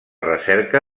recerca